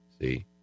See